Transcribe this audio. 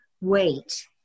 wait